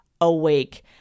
awake